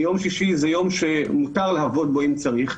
יום שישי זה יום שמותר לעבוד בו, אם צריך.